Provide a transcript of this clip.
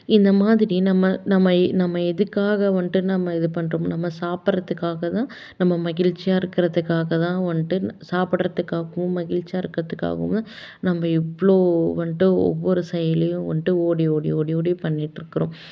இந்த மாதிரி நம்ம நம்ம நம்ம எதுக்காக வந்துட்டு நம்ம இது பண்ணுறோமோ நம்ம சாப்பிட்றத்துக்காக தான் நம்ம மகிழ்ச்சியாக இருக்கிறத்துக்காக தான் வந்துட்டு சாப்பிட்றத்துக்காகவும் மகிழ்ச்சியாக இருக்கிறத்துக்காகவும் தான் நம்ம இவ்வளோ வந்துட்டு ஒவ்வொரு செயலையும் வந்துட்டு ஓடி ஓடி ஓடி ஓடி பண்ணிகிட்ருக்குறோம்